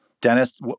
Dennis